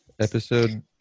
Episode